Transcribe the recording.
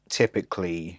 typically